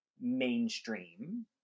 mainstream